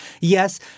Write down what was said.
Yes